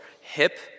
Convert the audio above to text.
hip